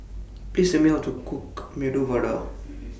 Please Tell Me How to Cook Medu Vada